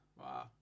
Wow